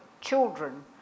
children